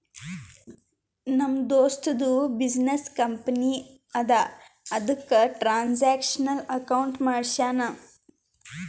ನಮ್ ದೋಸ್ತದು business company ಅದಾ ಅದುಕ್ಕ ಟ್ರಾನ್ಸ್ಅಕ್ಷನಲ್ ಅಕೌಂಟ್ ಮಾಡ್ಸ್ಯಾನ್